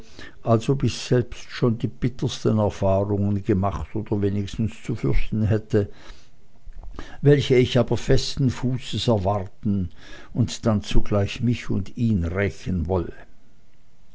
als ob ich selbst schon die bittersten erfahrungen gemacht oder wenigstens zu fürchten hätte welche ich aber festen fußes erwarten und dann zugleich mich und ihn rächen wollte